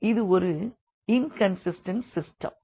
ஆகவே இது ஒரு இன்கன்சிஸ்டன்ட் சிஸ்டம்